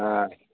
অঁ